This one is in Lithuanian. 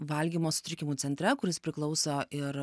valgymo sutrikimų centre kuris priklauso ir